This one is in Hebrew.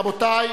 רבותי,